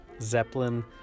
zeppelin